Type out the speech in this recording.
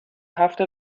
هفت